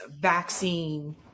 vaccine